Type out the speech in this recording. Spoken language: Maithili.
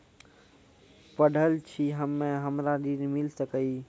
पढल छी हम्मे हमरा ऋण मिल सकई?